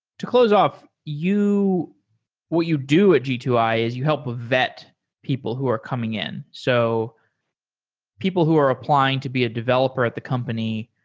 to close off, what you do at g two i is you help vet people who are coming in. so people who are applying to be a developer at the company,